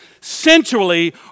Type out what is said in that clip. sensually